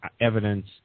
evidence